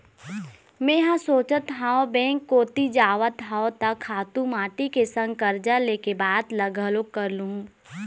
मेंहा सोचत हव बेंक कोती जावत हव त खातू माटी के संग करजा ले के बात ल घलोक कर लुहूँ